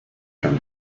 term